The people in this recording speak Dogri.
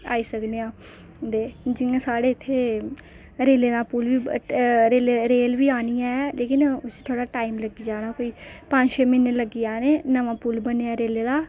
आई सकने हां दे जियां साढे इत्थै रेले दा पुल रेल बी आनी ऐ लेकिन उसी थोह्ड़ा टाइम लग्गी जाना कोई पंज छे म्हीने लग्गी जाने नमां पुल बनेआ रेले दा